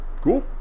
cool